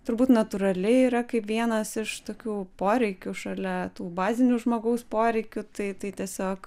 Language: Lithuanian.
turbūt natūraliai yra kaip vienas iš tokių poreikių šalia tų bazinių žmogaus poreikių tai tai tiesiog